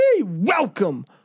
Welcome